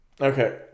Okay